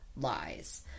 lies